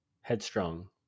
headstrong